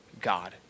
God